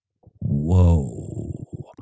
Whoa